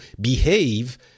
behave